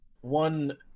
one